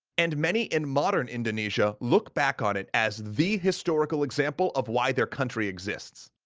and many in modern indonesia look back on it as the historical example of why their country exists.